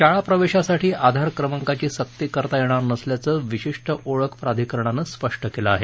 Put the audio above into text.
शाळा प्रवेशासाठी आधार क्रमांकाची सक्ती करता येणार नसल्याचं विशिष्ट ओळख प्राधिकरणानं स्पष्ट केलं आहे